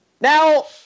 Now